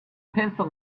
pencil